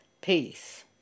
peace